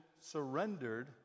surrendered